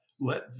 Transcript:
Let